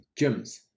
gyms